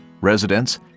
residents